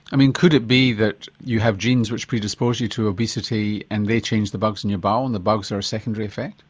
could it be that you have genes which predispose you to obesity and they change the bugs in your bowel and the bugs are a secondary effect?